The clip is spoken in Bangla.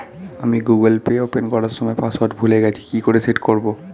আমি গুগোল পে ওপেন করার সময় পাসওয়ার্ড ভুলে গেছি কি করে সেট করব?